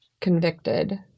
convicted